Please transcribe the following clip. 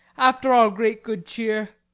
after our great good cheer.